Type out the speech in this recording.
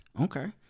Okay